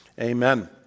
Amen